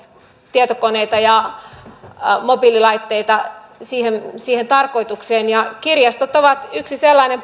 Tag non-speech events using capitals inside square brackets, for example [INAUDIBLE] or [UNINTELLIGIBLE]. tietokoneita ja mobiililaitteita siihen siihen tarkoitukseen ja kirjastot ovat yksi sellainen [UNINTELLIGIBLE]